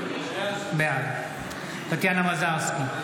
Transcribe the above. בעד טטיאנה מזרסקי,